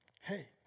hey